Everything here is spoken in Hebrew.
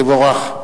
תבורך.